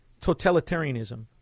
totalitarianism